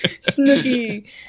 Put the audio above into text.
Snooky